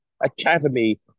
academy